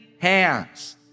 hands